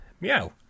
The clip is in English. Meow